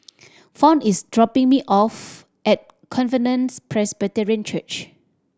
Fount is dropping me off at Covenants Presbyterian Church